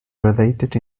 related